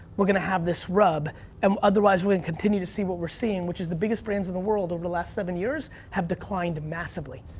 we're gonna have this rub and otherwise, we're gonna continue to see what we're seeing, which is the biggest brands in the world over the last seven years have declined massively.